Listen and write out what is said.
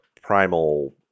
primal